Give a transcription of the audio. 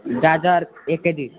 गाजर एक केजी